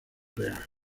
real